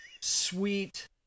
sweet